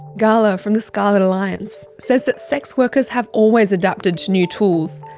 gala from the scarlett alliance says that sex workers have always adapted to new tools,